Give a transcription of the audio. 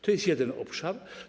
To jest jeden obszar.